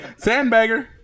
Sandbagger